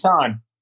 time